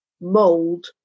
mold